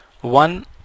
one